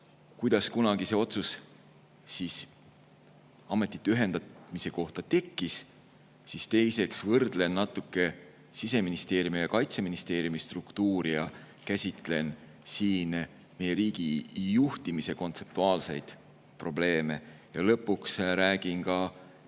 kuidas kunagi see otsus ametite ühendamise kohta tehti. Teiseks võrdlen natuke Siseministeeriumi ja Kaitseministeeriumi struktuuri ning käsitlen meie riigi juhtimise kontseptuaalseid probleeme. Ja lõpuks räägin ka